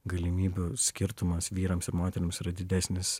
galimybių skirtumas vyrams ir moterims yra didesnis